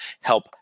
Help